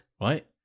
right